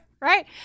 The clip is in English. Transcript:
right